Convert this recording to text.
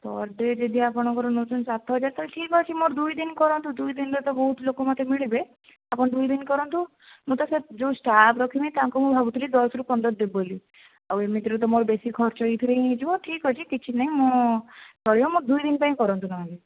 per day ଯଦି ଆପଣଙ୍କର ନେଉଛନ୍ତି ସାତହଜାର ତ ଠିକ୍ ଅଛି ମୋର ଦୁଇଦିନ କରନ୍ତୁ ଦୁଇଦିନର ମୋତେ ବହୁତଲୋକ ମିଳିବେ ଆପଣ ଦୁଇଦିନ କରନ୍ତୁ ମୁଁ ତ ଯଉ ଷ୍ଟାଫ୍ ରଖିବି ତାଙ୍କୁ ମୁଁ ଭାବୁଥିଲି ଦଶରୁ ପନ୍ଦର ଦେବି ବୋଲି ଆଉ ଏମିତିରେ ତ ମୋର ବେଶୀ ଖର୍ଚ୍ଚ ଏଇଥିରେ ହିଁ ହୋଇଯିବ ଠିକ୍ ଅଛି କିଛି ନାହିଁ ମୁଁ ଚଳିବ ମୋର ଦୁଇ ଦିନ ପାଇଁ କରନ୍ତୁ ନହେଲେ